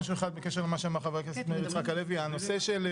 בקשר למה שאמר חבר הכנסת מאיר יצחק הלוי הנושא